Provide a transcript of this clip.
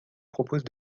propose